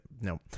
No